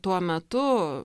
tuo metu